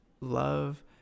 love